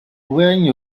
wearing